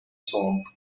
swamp